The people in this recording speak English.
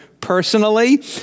personally